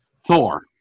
Thor